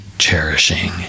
cherishing